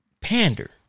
pander